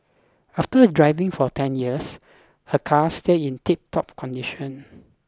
after driving for ten years her car still in tiptop condition